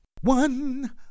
one